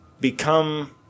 become